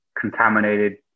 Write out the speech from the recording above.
contaminated